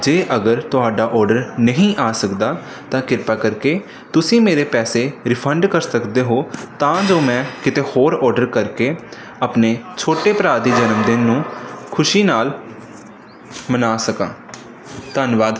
ਜੇ ਅਗਰ ਤੁਹਾਡਾ ਔਡਰ ਨਹੀਂ ਆ ਸਕਦਾ ਤਾਂ ਕਿਰਪਾ ਕਰਕੇ ਤੁਸੀਂ ਮੇਰੇ ਪੈਸੇ ਰਿਫੰਡ ਕਰ ਸਕਦੇ ਹੋ ਤਾਂ ਜੋ ਮੈਂ ਕਿਤੇ ਹੋਰ ਔਡਰ ਕਰ ਕੇ ਆਪਣੇ ਛੋਟੇ ਭਰਾ ਦੇ ਜਨਮਦਿਨ ਨੂੰ ਖੁਸ਼ੀ ਨਾਲ ਮਨਾ ਸਕਾਂ ਧੰਨਵਾਦ